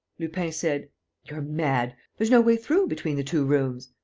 lupin said you're mad! there's no way through between the two rooms.